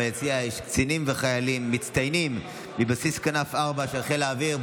ביציע יש קצינים וחיילים מצטיינים מבסיס כנף 4 של חיל האוויר.